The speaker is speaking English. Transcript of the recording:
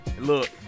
Look